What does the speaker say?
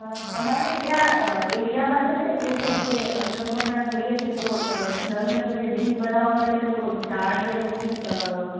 અમારો જ્યાં એરિયા પાસે એવું છે કે અમે લોકો હમણાં જોઈએ છે તો અ નવી નવી બિલ્ડીંગ બનવા માટે લોકો ઝાડને એ બધું